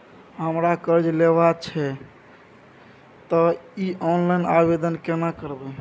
हमरा कर्ज लेबा छै त इ ऑनलाइन आवेदन केना करबै?